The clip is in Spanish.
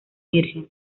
virgen